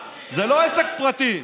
אבי, הגשת הצעת אי-אמון?